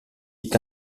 est